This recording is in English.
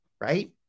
right